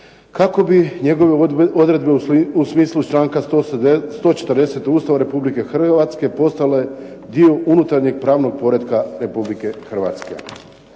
kako bi njegove odredbe u smislu članka 140. Ustava Republike Hrvatske postale dio unutarnjeg pravnog poretka Republike Hrvatske.